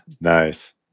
Nice